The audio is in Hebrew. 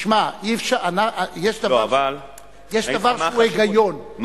יש דבר שהוא היגיון.